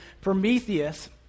Prometheus